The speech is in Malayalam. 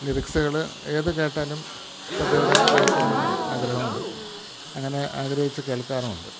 ലിറിക്ക്സുകൾ ഏത് കേട്ടാലും ശ്രദ്ധയോടെ കേൾക്കണമെന്ന് ആഗ്രഹമുണ്ട് അങ്ങനെ ആഗ്രഹിച്ച് കേൾക്കാറുമുണ്ട്